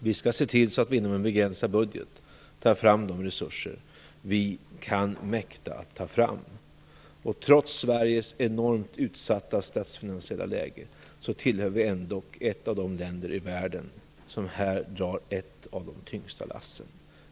Vi skall se till att vi inom en begränsad budget tar fram de resurser som vi mäktar att ta fram. Trots Sveriges enormt utsatta statsfinansiella läge, är Sverige dock ett av de länder i världen som här drar ett av de tyngsta lassen.